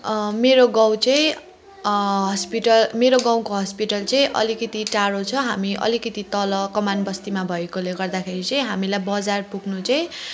मेरो गाउँ चाहिँ हस्पिटल मेरो गाउँको हस्पिटल चाहिँ अलिकति टाढो छ हामी अलिकति तल कमान बस्तीमा भएकोले गर्दाखेरि चाहिँ हामीलाई बजार पुग्नु चाहिँ